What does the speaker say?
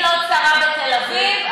עיני לא צרה בתל אביב,